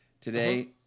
today